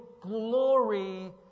glory